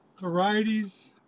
varieties